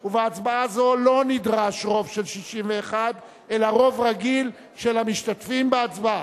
ובהצבעה זו לא נדרש רוב של 61 אלא רוב רגיל של המשתתפים בהצבעה.